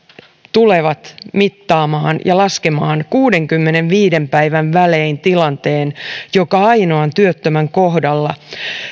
tulevat mittaamaan ja laskemaan kuudenkymmenenviiden päivän välein tilanteen joka ainoan työttömän kohdalla